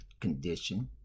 condition